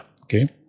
okay